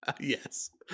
Yes